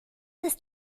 ist